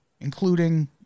including